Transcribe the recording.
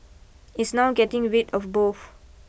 it's now getting rid of both